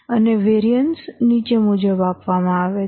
અને વેરિયન્સ નીચે મુજબ આપવામાં આવે છે